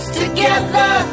together